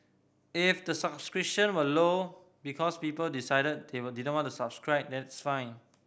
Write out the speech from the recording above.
if the subscription were low because people decided they didn't want to subscribe that's fine